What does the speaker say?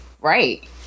Right